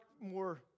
more